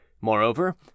Moreover